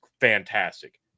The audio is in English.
fantastic